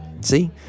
See